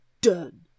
done